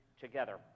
together